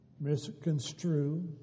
misconstrue